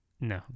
no